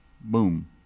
boom